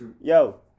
Yo